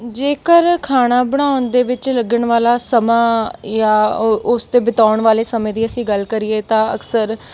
ਜੇਕਰ ਖਾਣਾ ਬਣਾਉਣ ਦੇ ਵਿੱਚ ਲੱਗਣ ਵਾਲਾ ਸਮਾਂ ਜਾਂ ਉਸ 'ਤੇ ਬਿਤਾਉਣ ਵਾਲੇ ਸਮੇਂ ਦੀ ਅਸੀਂ ਗੱਲ ਕਰੀਏ ਤਾਂ ਅਕਸਰ